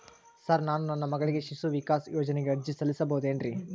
Sir ನಾನು ನನ್ನ ಮಗಳಿಗೆ ಶಿಶು ವಿಕಾಸ್ ಯೋಜನೆಗೆ ಅರ್ಜಿ ಸಲ್ಲಿಸಬಹುದೇನ್ರಿ?